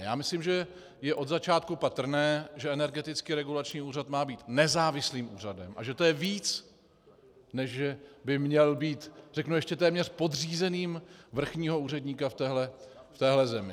Já myslím, že je od začátku patrné, že Energetický regulační úřad má být nezávislým úřadem a že je to víc, než že by měl být téměř podřízeným vrchního úředníka v téhle zemi.